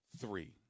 three